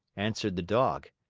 answered the dog.